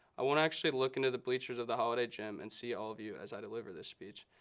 i won't actually look into the bleachers of the holliday gym and see all of you as i deliver this speech.